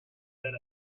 that